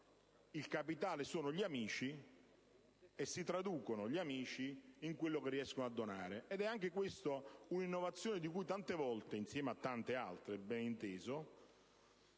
il capitale sono gli amici e si traducono gli amici in quello che riescono a donare. È anche questa una innovazione, insieme a tante altre ben inteso,